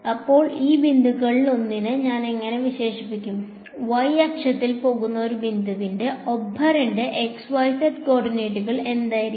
അപ്പോൾ ഈ ബിന്ദുകളിലൊന്നിനെ ഞാൻ എങ്ങനെ വിശേഷിപ്പിക്കും y അക്ഷത്തിൽ പോകുന്ന ഒരു ബിന്ദുവിന്റെ ഒബ്ബറിന്റെ x y z കോർഡിനേറ്റുകൾ എന്തായിരിക്കും